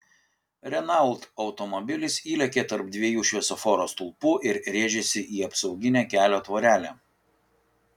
renault automobilis įlėkė tarp dviejų šviesoforo stulpų ir rėžėsi į apsauginę kelio tvorelę